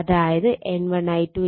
അതായത് N1 I2 N2 I2